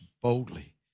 boldly